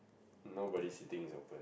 nobody sitting is open